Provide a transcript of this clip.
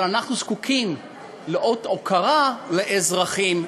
אבל אנחנו זקוקים גם לאות הוקרה לאזרחים.